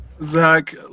Zach